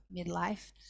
midlife